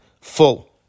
full